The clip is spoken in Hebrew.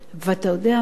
ואתה יודע מה,